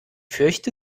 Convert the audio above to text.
fürchte